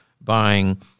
buying